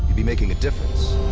be making a difference.